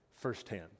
firsthand